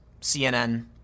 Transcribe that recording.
CNN